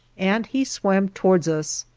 and he swam towards us.